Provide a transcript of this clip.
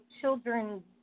children